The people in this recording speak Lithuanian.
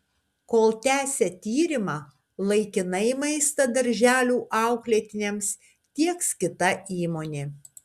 kol tęsia tyrimą laikinai maistą darželių auklėtiniams tieks kita įmonė